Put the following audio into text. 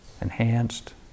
enhanced